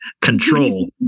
Control